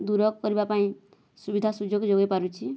ଦୂର କରିବା ପାଇଁ ସୁବିଧା ସୁଯୋଗ ଯୋଗେଇ ପାରୁଛି